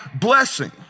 blessing